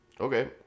okay